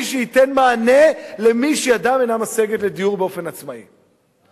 שייתן מענה למי שידם אינה משגת דיור באופן עצמאי.